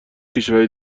کشورهای